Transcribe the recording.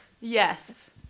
Yes